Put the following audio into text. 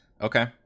Okay